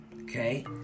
Okay